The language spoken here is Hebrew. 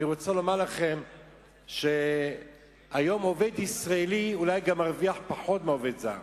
אני רוצה לומר לכם שהיום עובד ישראלי אולי גם מרוויח פחות מעובד זר.